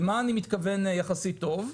למה אני מתכוון ב"יחסית טוב"?